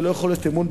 ולא יכול להיות אמון,